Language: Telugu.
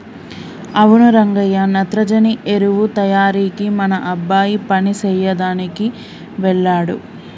అవును రంగయ్య నత్రజని ఎరువు తయారీకి మన అబ్బాయి పని సెయ్యదనికి వెళ్ళాడు